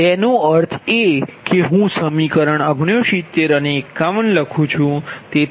તેનો અર્થ એ કે હું સમીકરણ 69 અને 51 લખું છું